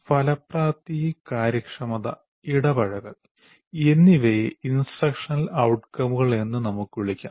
ഫലപ്രാപ്തി കാര്യക്ഷമത ഇടപഴകൽ എന്നിവയെ ഇൻസ്ട്രക്ഷനൽ ഔട്കമുകൾ എന്ന് നമുക്ക് വിളിക്കാം